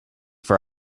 for